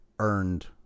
earned